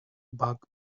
bug